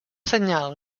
senyal